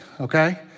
okay